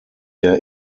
der